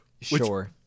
Sure